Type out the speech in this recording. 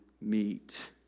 meet